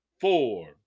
four